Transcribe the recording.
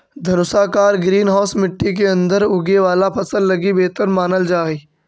धनुषाकार greenhouse मट्टी के अंदर उगे वाला फसल लगी बेहतर मानल जा हइ